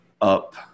up